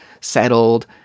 settled